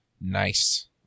Nice